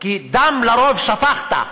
כי דם לרוב שפכת.